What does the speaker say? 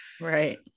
Right